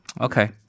Okay